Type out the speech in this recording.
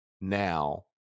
now